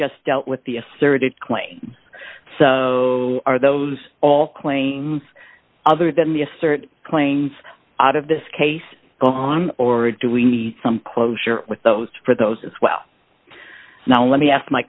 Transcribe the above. just dealt with the asserted claim so are those all claims other than the assert claims out of this case go on or do we need some closure with those for those as well now let me ask my